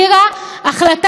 התקדמנו.